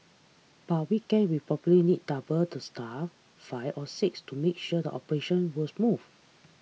but weekends we probably need double the staff five or six to make sure the operations was smooth